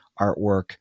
artwork